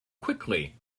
quickly